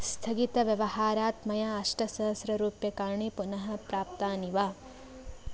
स्थगितव्यवहारात् मया अष्टसहस्ररूप्यकाणि पुनः प्राप्तानि वा